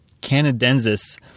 canadensis